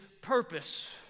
purpose